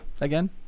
again